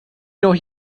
noch